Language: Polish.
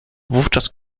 wówczas